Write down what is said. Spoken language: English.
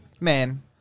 man